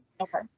Okay